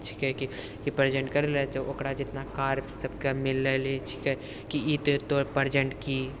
छिकै कि प्रेजेन्ट करैलए तऽ ओकरा जतना कार्य सबके मिलले छिकै कि ई तऽ तोहर प्रेजेन्ट कि